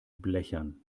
blechern